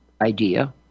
idea